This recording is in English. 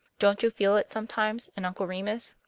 don't you feel it sometimes in uncle remus?